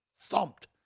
thumped